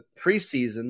preseason